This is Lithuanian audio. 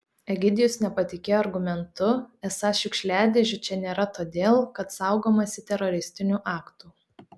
egidijus nepatikėjo argumentu esą šiukšliadėžių čia nėra todėl kad saugomasi teroristinių aktų